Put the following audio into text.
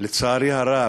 לצערי הרב,